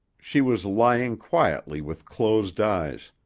she was lying quietly with closed eyes,